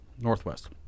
northwest